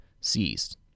ceased